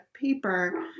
paper